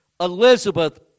Elizabeth